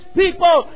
people